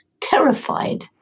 terrified